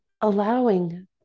allowing